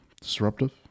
disruptive